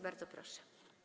Bardzo proszę.